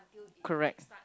correct